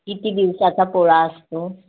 किती दिवसाचा पोळा असतो